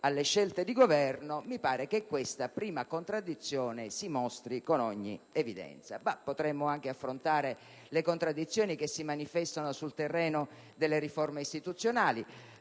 alle scelte di governo, mi pare che questa prima contraddizione si mostri con ogni evidenza. Tuttavia, potremmo anche affrontare le incoerenze che si manifestano sul terreno delle riforme istituzionali.